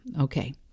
okay